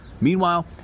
Meanwhile